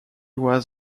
was